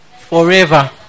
Forever